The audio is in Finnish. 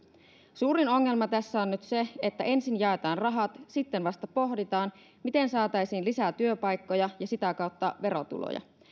suurin ongelma tässä on nyt se että ensin jaetaan rahat sitten vasta pohditaan miten saataisiin lisää työpaikkoja ja sitä kautta verotuloja